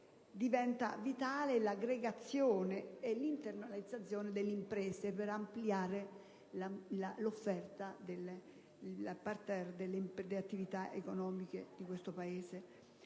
diventa vitale l'aggregazione e l'internazionalizzazione delle imprese per ampliare il *parterre* delle attività economiche di questo Paese.